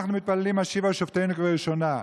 אנחנו מתפללים: השיבה שופטינו כבראשונה.